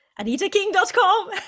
anitaking.com